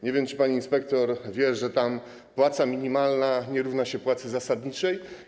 Nie wiem, czy pani inspektor wie, że tam płaca minimalna nie równa się płacy zasadniczej.